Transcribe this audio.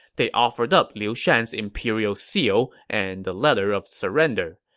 they offered up liu shan's imperial seal and the letter of surrender.